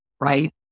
Right